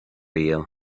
you